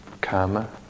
karma